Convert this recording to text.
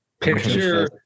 Picture